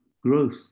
growth